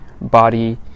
body